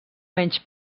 menys